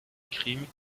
crimes